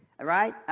right